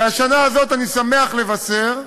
והשנה, אני שמח לבשר,